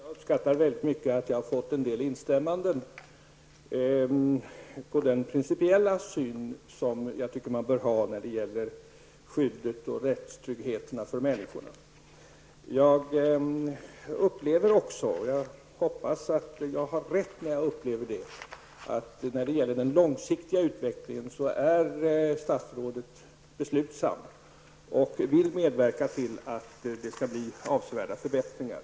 Fru talman! Jag uppskattar mycket att jag har fått en del instämmanden när det gäller den principiella syn som jag tycker att man bör ha på skyddet och rättstryggheten för människorna. Jag upplever också att -- och jag hoppas att jag har rätt i det -- statsrådet är beslutsam när det gäller den långsiktiga utvecklingen och vill medverka till avsevärda förbättringar.